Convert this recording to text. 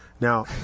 Now